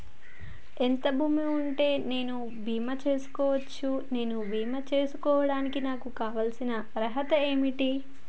ఎంత భూమి ఉంటే నేను బీమా చేసుకోవచ్చు? నేను బీమా చేసుకోవడానికి నాకు కావాల్సిన అర్హత ఏంటిది?